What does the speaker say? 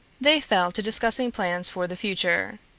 they fell to discussing plans for the future.